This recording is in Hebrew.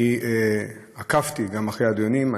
אני עקבתי אחרי הדיונים,